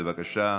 בבקשה,